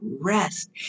rest